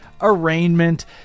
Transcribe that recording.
Arraignment